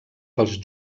pels